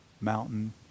mountain